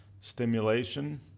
stimulation